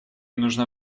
нужно